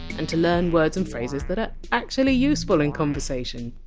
and to learn words and phrases that are actually useful in conversation.